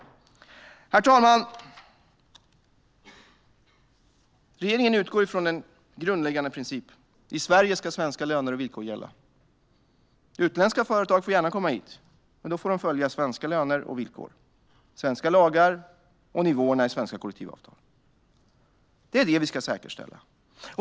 Herr talman! Regeringen utgår från en grundläggande princip. I Sverige ska svenska löner och villkor gälla. Utländska företag får gärna komma hit, men då får de följa svenska löner och villkor, svenska lagar och nivåerna i svenska kollektivavtal. Det är vad vi ska säkerställa.